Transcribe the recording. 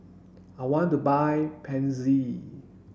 I want to buy Pansy